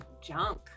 junk